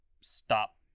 stop